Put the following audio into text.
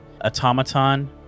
automaton